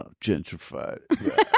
gentrified